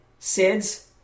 Sids